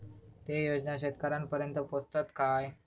ते योजना शेतकऱ्यानपर्यंत पोचतत काय?